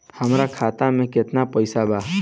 हमरा खाता मे केतना पैसा बा?